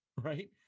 Right